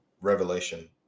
Revelation